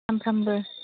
सानफ्रोमबो